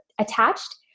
attached